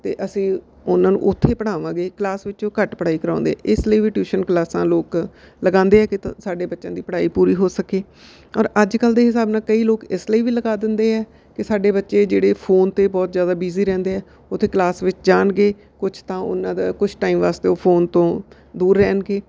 ਅਤੇ ਅਸੀਂ ਉਹਨਾਂ ਨੂੰ ਉੱਥੇ ਪੜ੍ਹਾਵਾਂਗੇ ਕਲਾਸ ਵਿੱਚ ਉਹ ਘੱਟ ਪੜ੍ਹਾਈ ਕਰਾਉਂਦੇ ਆ ਇਸ ਲਈ ਵੀ ਟਿਊਸ਼ਨ ਕਲਾਸਾਂ ਲੋਕ ਲਗਾਉਂਦੇ ਆ ਕਿ ਤ ਸਾਡੇ ਬੱਚਿਆਂ ਦੀ ਪੜ੍ਹਾਈ ਪੂਰੀ ਹੋ ਸਕੇ ਔਰ ਅੱਜ ਕੱਲ੍ਹ ਦੇ ਹਿਸਾਬ ਨਾਲ ਕਈ ਲੋਕ ਇਸ ਲਈ ਵੀ ਲਗਾ ਦਿੰਦੇ ਆ ਕਿ ਸਾਡੇ ਬੱਚੇ ਜਿਹੜੇ ਫੋਨ 'ਤੇ ਬਹੁਤ ਜ਼ਿਆਦਾ ਬੀਜ਼ੀ ਰਹਿੰਦੇ ਆ ਉੱਥੇ ਕਲਾਸ ਵਿੱਚ ਜਾਣਗੇ ਕੁਛ ਤਾਂ ਉਹਨਾਂ ਦਾ ਕੁਛ ਟਾਈਮ ਵਾਸਤੇ ਉਹ ਫੋਨ ਤੋਂ ਦੂਰ ਰਹਿਣਗੇ